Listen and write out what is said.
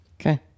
okay